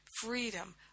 freedom